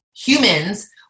humans